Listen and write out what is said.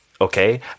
Okay